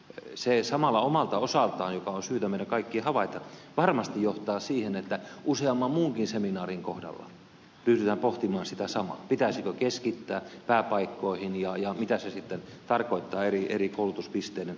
se samalla omalta osaltaan joka on syytä meidän kaikkien havaita varmasti johtaa siihen että useamman muunkin seminaarin kohdalla ryhdytään pohtimaan sitä samaa pitäisikö keskittää pääpaikkoihin ja mitä se sitten tarkoittaa eri koulutuspisteiden osalta